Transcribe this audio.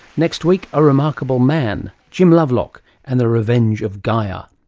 next week a remarkable man jim lovelock and the revenge of gaia.